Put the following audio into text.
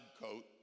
coat